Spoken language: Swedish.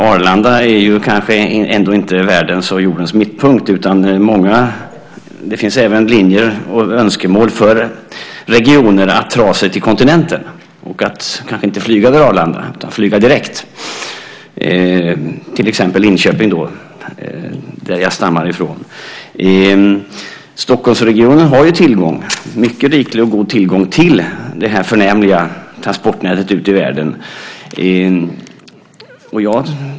Arlanda är kanske ändå inte världens och jordens mittpunkt, utan det finns önskemål från regionen att även kunna dra sig ut till kontinenten och kanske inte flyga via Arlanda utan flyga direkt, till exempel från Linköping, där jag stammar ifrån. Stockholmsregionen har en mycket riklig och god tillgång till det förnämliga transportnätet ute i världen.